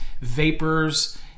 vapors